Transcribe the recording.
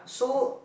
so